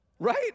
Right